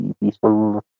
peaceful